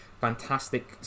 Fantastic